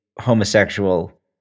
homosexual